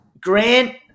Grant